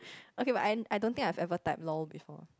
okay but and I don't think I've ever type lol before